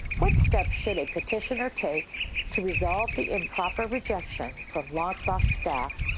what steps should a petitioner take to resolve the improper rejection, from lockbox staff,